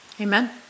Amen